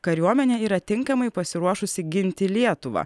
kariuomenė yra tinkamai pasiruošusi ginti lietuvą